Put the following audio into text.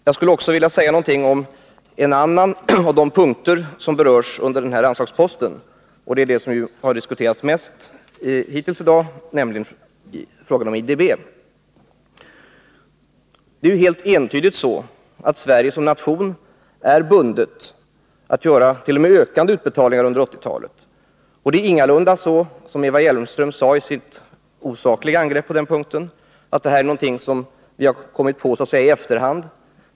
Jag skulle också vilja säga någonting om en annan av de punkter som berörs nu, nämligen det som diskuterats mest hittills i dag, dvs. frågan om IDB. Det är helt entydigt så att Sverige som nation är bundet att göra t.o.m. ökade utbetalningar under 1980-talet, och det är ingalunda så som Eva Hjelmström sade i sitt på den punkten osakliga angrepp, att detta är något som vi har kommit på så att säga i efterhand.